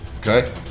Okay